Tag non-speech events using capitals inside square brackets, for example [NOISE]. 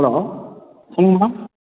hello சொல்லுங்க [UNINTELLIGIBLE]